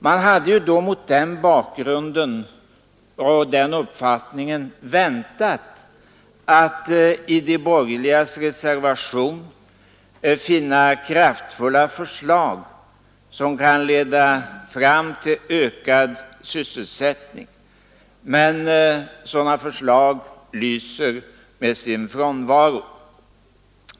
Man hade mot bakgrund av den uppfattningen väntat sig att i de borgerligas reservation finna kraftfulla förslag som kunde leda fram till ökad sysselsättning. Men sådana förslag lyser med sin frånvaro.